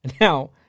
Now